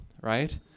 right